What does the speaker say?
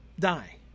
die